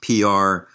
PR